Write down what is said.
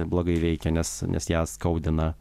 blogai veikia nes nes ją skaudina